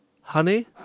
Honey